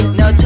no